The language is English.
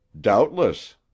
Doubtless